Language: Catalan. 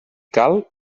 cal